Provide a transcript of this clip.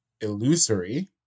illusory